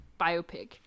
biopic